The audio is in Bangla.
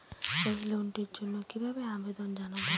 এই লোনটির জন্য কিভাবে আবেদন জানাবো?